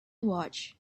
watched